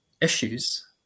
issues